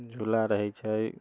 झूला रहै छै